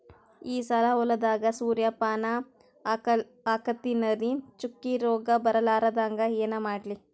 ಈ ಸಲ ಹೊಲದಾಗ ಸೂರ್ಯಪಾನ ಹಾಕತಿನರಿ, ಚುಕ್ಕಿ ರೋಗ ಬರಲಾರದಂಗ ಏನ ಮಾಡ್ಲಿ?